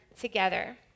together